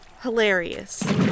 Hilarious